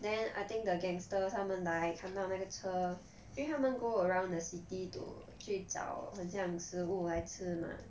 then I think the gangster 他们来看到那个车因为他们 go around the city to 去找很像食物来吃 mah